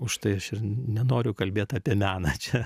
užtai aš ir nenoriu kalbėt apie meną čia